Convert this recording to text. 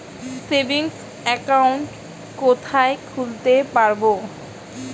Savings account কোথায় খুলতে পারব?